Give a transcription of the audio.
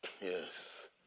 Yes